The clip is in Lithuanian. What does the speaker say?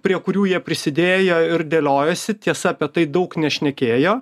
prie kurių jie prisidėjo ir dėliojosi tiesa apie tai daug nešnekėjo